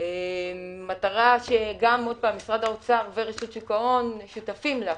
מטרה שמשרד האוצר ורשות ההון שותפים לה,